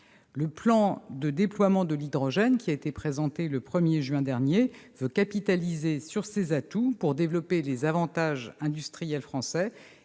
Le plan de déploiement de l'hydrogène, qui a été présenté le 1 juin dernier, veut capitaliser sur ces atouts pour développer les avantages industriels français